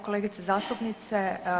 Kolegice zastupnice.